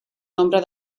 nombre